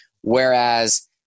Whereas